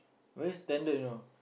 very standard you know